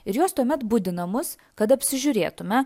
ir jos tuomet budina mus kad apsižiūrėtume